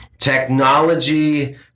technology